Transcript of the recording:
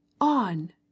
on